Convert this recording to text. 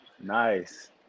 Nice